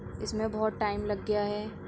اس میں بہت ٹائم لگ گیا ہے